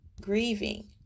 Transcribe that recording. grieving